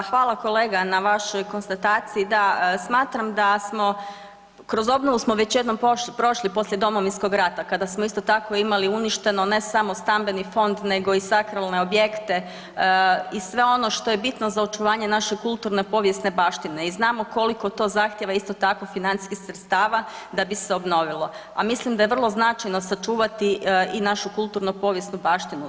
Pa hvala kolega na vašoj konstataciji, da smatram da smo, kroz obnovu smo već jednom prošli poslije Domovinskog rata kada smo isto tako imali uništeno ne samo stambeni fond nego i sakralne objekte i sve ono što je bitno za očuvanje naše kulturne povijesne baštine i znamo koliko to zahtijeva isto tako financijskih sredstava da bi se obnovilo, a mislim da je vrlo značajno sačuvati i našu kulturno povijesnu baštinu.